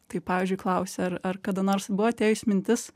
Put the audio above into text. tai pavyzdžiui klausia ar ar kada nors buvo atėjus mintis